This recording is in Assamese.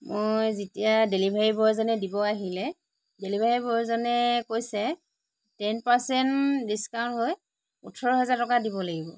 মই যেতিয়া ডেলিভাৰী বয় জনে দিব আহিলে ডেলিভাৰী বয়জনে কৈছে টেন পাৰ্চেণ্ট ডিছকাউণ্ট হয় ওঠৰ হাজাৰ টকা দিব লাগিব